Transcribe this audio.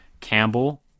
Campbell